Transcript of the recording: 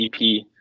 EP